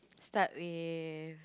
start with